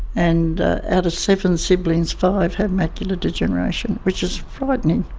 and out of seven siblings, five have macular degeneration, which is frightening.